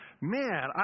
Man